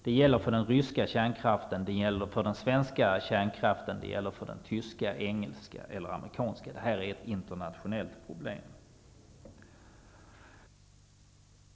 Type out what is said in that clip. Det gäller för den ryska kärnkraften och det gäller för den svenska, tyska, engelska och amerikanska kärnkraften. Detta är ett internationellt problem.